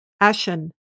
Ashen